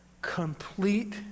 Complete